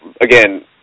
again